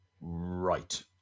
Right